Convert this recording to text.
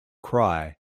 cry